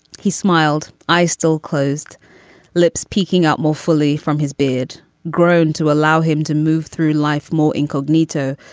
he smiled. i still closed lips peeking out more fully from his beard grown to allow him to move through life more incognito,